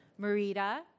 Marita